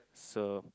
so